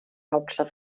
hauptstadt